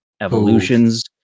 evolutions